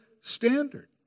standard